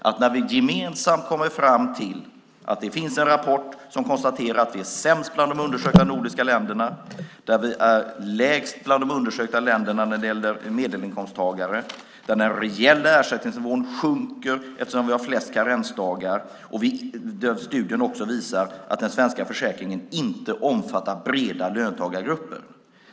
Vi kommer gemensamt fram till att det finns en rapport som konstaterar att Sverige är sämst bland de undersökta nordiska länderna och befinner sig lägst bland de undersökta länderna när det gäller medelinkomsttagare. Den reella ersättningsnivån sjunker eftersom Sverige har flest karensdagar. Studien visar också att den svenska försäkringen inte omfattar breda löntagargrupper.